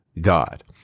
God